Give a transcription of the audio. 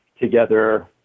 together